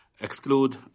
exclude